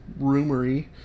rumory